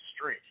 street